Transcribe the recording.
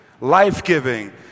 life-giving